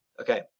Okay